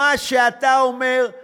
מה שאתה אומר הוא